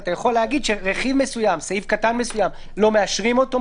אתה יכול להגיד שרכיב מסוים או סעיף קטן מסוים לא מאשרים אותו,